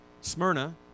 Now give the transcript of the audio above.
smyrna